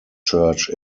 church